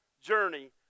journey